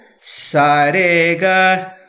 sarega